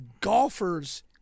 golfers